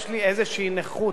יש לי איזו נכות,